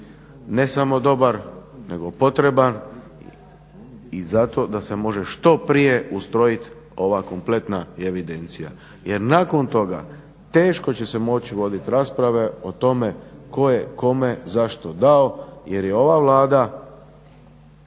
ne samo dobar, nego potreban i zato da se može što prije ustrojiti ova kompletna evidencija. Jer nakon toga teško će se moći voditi rasprave o tome tko je kome zašto dao jer je ova Vlada